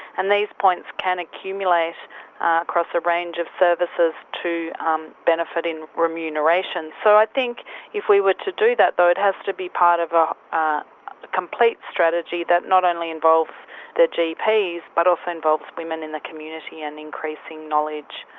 and these points can accumulate across a range of services to um benefit in remuneration. so i think if we were to do that though it has to be part of a complete strategy that not only involves the gps but also involves women in the community and increasing knowledge.